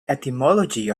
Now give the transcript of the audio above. etymology